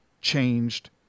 changed